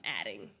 adding